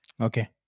Okay